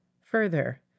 Further